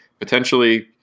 Potentially